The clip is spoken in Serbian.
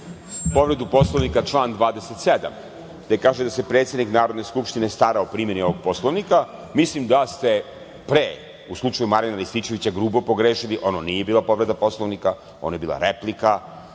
povredu Poslovnika član 27. gde kaže da se predsednik Narodne skupštine stara o primeni ovog Poslovnika. Mislim da ste pre u slučaju Marjana Rističevića grubo pogrešili. Ono nije bila povreda Poslovnika, ono je bila replika,